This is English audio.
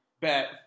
Bet